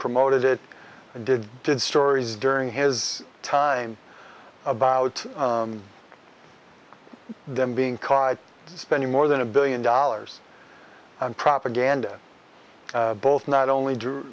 promoted it and did did stories during his time about them being caught spending more than a billion dollars on propaganda both not only do